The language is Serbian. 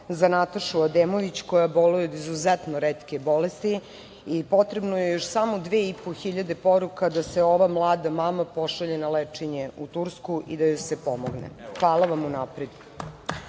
za Natašu Ademović koja boluje od izuzetne retke bolesti i potrebno je još dve i po hiljade poruka da se ova mlada mama pošalje na lečenje u Tursku i da joj se pomogne. Hvala vam unapred. Žao